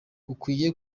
ukwiye